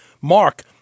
Mark